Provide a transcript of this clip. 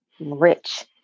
rich